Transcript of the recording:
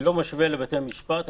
אני לא משווה לבתי-המשפט,